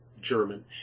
German